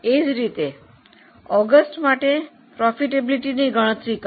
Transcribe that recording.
એ જ રીતે ઓગસ્ટ માટે નફાકારકતાની ગણતરી કરો